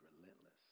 relentless